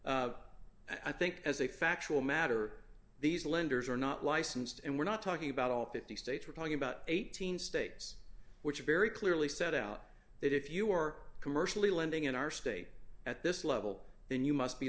so i think as a factual matter these lenders are not licensed and we're not talking about all fifty states we're talking about eighteen states which are very clearly set out that if you are commercially lending in our state at this level then you must be